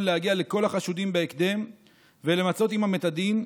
להגיע לכל החשודים בהקדם ולמצות עימם את הדין,